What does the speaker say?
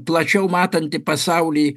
plačiau matanti pasaulį